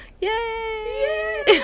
Yay